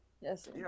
Yes